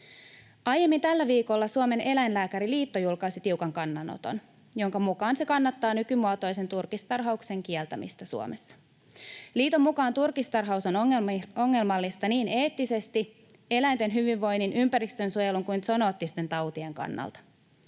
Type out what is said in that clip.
Aiemmin tällä viikolla Suomen Eläinlääkäriliitto julkaisi tiukan kannanoton, jonka mukaan se kannattaa nykymuotoisen turkistarhauksen kieltämistä Suomessa. Liiton mukaan turkistarhaus on ongelmallista niin eettisesti kuin eläinten hyvinvoinnin, ympäristönsuojelun ja zoonoottisten tautien kannalta.